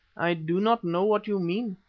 i do not know what you mean.